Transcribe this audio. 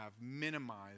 minimized